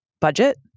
budget